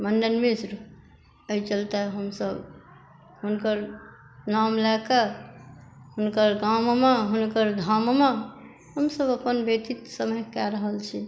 मण्डन मिश्र एहि चलते हमसभ हुनकर नाम लए कऽ हुनकर गाममे हुनकर धाममे हमसभ अपन व्यतीत समय कए रहल छी